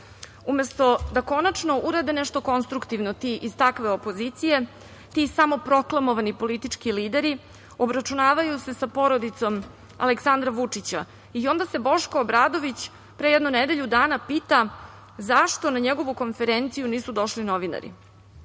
da konačno urade nešto konstruktivno ti iz takve opozicije, ti samoproklamovani politički lideri, obračunavaju se sa porodicom Aleksandra Vučića i onda se Boško Obradović, pre jedno nedelju dana, pita zašto na njegovu konferenciju nisu došli novinari.